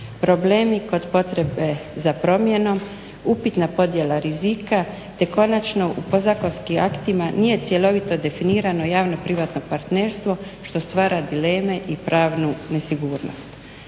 problemi kod potrebe za promjenom, upitna podjela rizika te konačno u podzakonskim aktima nije cjelovito definirano javno-privatno partnerstvo što stvara dileme i pravnu nesigurnost.